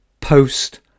post